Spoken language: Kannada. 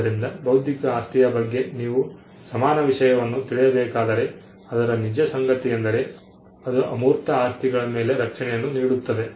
ಆದ್ದರಿಂದ ಬೌದ್ಧಿಕ ಆಸ್ತಿಯ ಬಗ್ಗೆ ನೀವು ಸಮಾನ ವಿಷಯವನ್ನು ತಿಳಿಯಬೇಕಾದರೆ ಅದರ ನಿಜ ಸಂಗತಿಯೆಂದರೆ ಅದು ಅಮೂರ್ತ ಆಸ್ತಿಗಳ ಮೇಲೆ ರಕ್ಷಣೆಯನ್ನು ನೀಡುತ್ತದೆ